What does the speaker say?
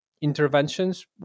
interventions